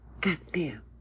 goddamn